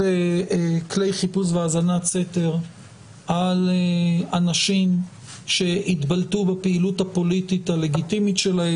כלי חיפוש והאזנת סתר על אנשים שהתבלטו בפעילות הפוליטית הלגיטימית שלהם,